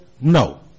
no